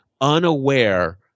unaware